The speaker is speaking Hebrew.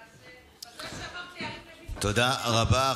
טוב שאמרת לי, תודה רבה.